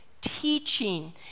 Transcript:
teaching